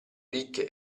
ricche